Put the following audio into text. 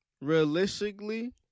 Realistically